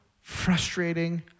frustrating